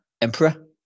Emperor